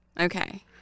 Okay